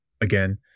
again